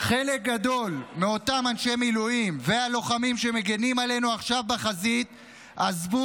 חלק גדול מאותם אנשי מילואים ולוחמים שמגינים עלינו עכשיו בחזית עזבו